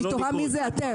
אני תוהה מי זה אתם.